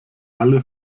alle